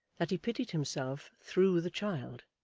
that he pitied himself through the child.